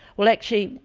well, actually,